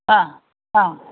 ആ ആ